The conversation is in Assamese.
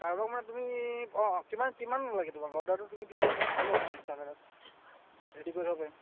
কাৰোবাক মানে তুমি অঁ কিমান কিমান লাগে তোমাক অৰ্ডাৰটো তুমি দি দিলে মোৰ ভাল হ'ব মানে হিচাপ এটাত ৰেডি কৰি থ'ব পাৰিম